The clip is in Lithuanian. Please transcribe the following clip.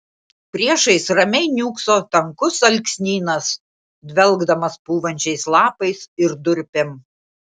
priešais ramiai niūkso tankus alksnynas dvelkdamas pūvančiais lapais ir durpėm